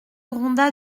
gronda